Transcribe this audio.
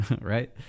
right